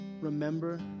remember